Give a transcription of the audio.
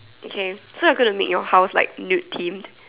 okay so I'm gonna meet at your house like lute teen